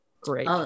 great